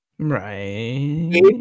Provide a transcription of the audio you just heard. right